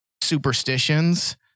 superstitions